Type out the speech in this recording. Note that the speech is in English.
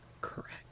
Correct